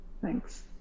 Thanks